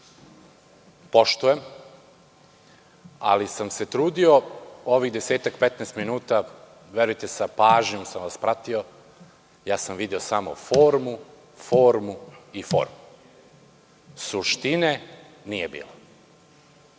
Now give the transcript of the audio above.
poštujem, ali sam se trudio ovih 10-15 minuta, verujte, s pažnjom sam vas pratio, video sam samo formu, formu i formu. Suštine nije bilo.